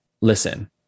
listen